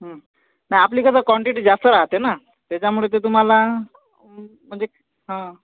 नाही आपली कसं कॉन्टिटी जास्त राहते ना त्याच्यामुळे ते तुम्हाला म्हणजे हां